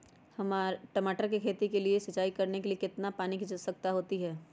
टमाटर की खेती के लिए सिंचाई करने के लिए कितने पानी की आवश्यकता होती है?